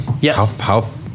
Yes